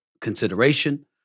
consideration